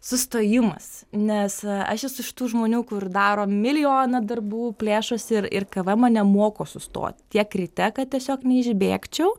sustojimas nes aš esu iš tų žmonių kur daro milijoną darbų plėšosi ir ir kava mane moko sustot tiek ryte kad tiesiog neišbėgčiau